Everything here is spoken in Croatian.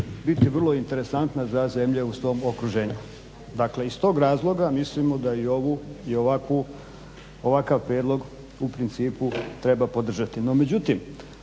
biti vrlo interesantna za zemlje u svom okruženju. Dakle, iz tog razloga mislimo da i ovakav prijedlog u principu treba podržati.